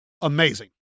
amazing